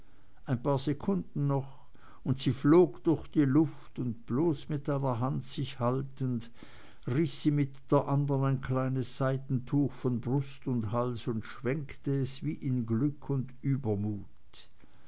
ein paar sekunden noch und sie flog durch die luft und bloß mit einer hand sich haltend riß sie mit der andern ein kleines seidentuch von brust und hals und schwenkte es wie in glück und übermut